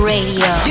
Radio